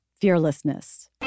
fearlessness